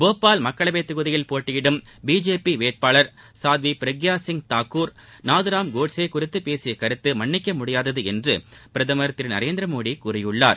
போபால் மக்களவை தொகுதியில் போட்டியிடும் பிஜேபி வேட்பாளர் சாத்வி பிரக்பா சிங் தாக்கூர் நாதராம் கோட்சே குறித்து பேசிய கருத்து மன்னிக்க முடியாதது என்று பிரதமர் திரு நரேந்திரமோடி கூறியுள்ளார்